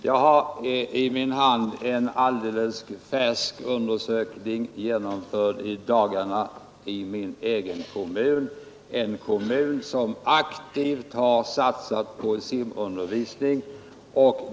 Jag har i min hand en alldeles färsk undersökning genomförd i dagarna i min egen kommun, en kommun som aktivt har satsat på simundervisning.